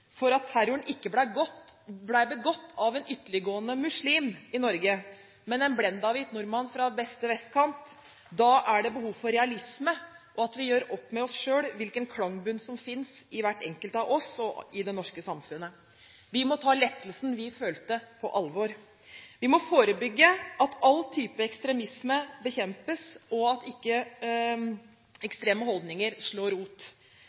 terroren ikke ble begått av en ytterliggående muslim i Norge, men av en blendahvit nordmann fra beste vestkant, er det behov for realisme, og at vi gjør opp med oss selv hvilken klangbunn som finnes i hver enkelt av oss og i det norske samfunnet. Vi må ta lettelsen vi følte, på alvor. Vi må forebygge alle typer ekstremisme, og at ekstreme holdninger ikke slår rot.